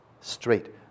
Straight